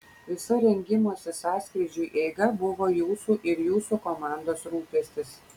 visa rengimosi sąskrydžiui eiga buvo jūsų ir jūsų komandos rūpestis